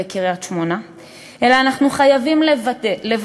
חברים, אני מחדש את הישיבה.